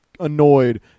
annoyed